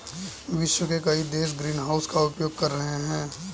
विश्व के कई देश ग्रीनहाउस का उपयोग कर रहे हैं